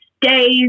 days